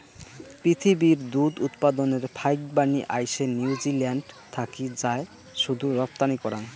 পিথীবির দুধ উৎপাদনের ফাইকবানী আইসে নিউজিল্যান্ড থাকি যায় শুধু রপ্তানি করাং